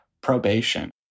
probation